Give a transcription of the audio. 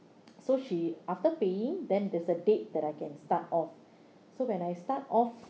so she after paying then there's a date that I can start off so when I start off